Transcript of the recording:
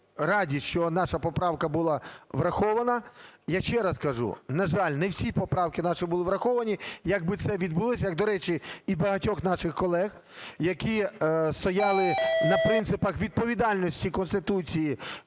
що наша поправка була врахована. Я ще раз кажу, на жаль, не всі поправки наші були враховані. Якби це відбулося, як, до речі, я багатьох наших колег, які стояли на принципах відповідальності Конституції